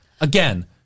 again